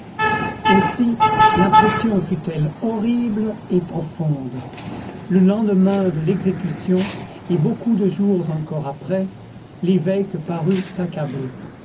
aussi l'impression fut-elle horrible et profonde le lendemain de l'exécution et beaucoup de jours encore après l'évêque parut